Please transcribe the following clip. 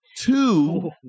Two